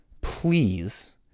please